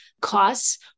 costs